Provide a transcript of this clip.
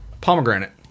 Pomegranate